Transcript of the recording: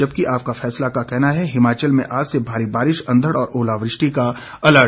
जबकि आपका फैसला का कहना है हिमाचल में आज से भारी बारिश अंधड़ और ओलावृष्टि का अलर्ट